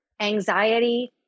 anxiety